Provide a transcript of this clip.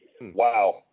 Wow